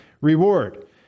reward